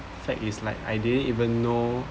fact is like I didn't even know